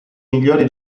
migliori